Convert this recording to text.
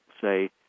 say